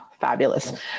fabulous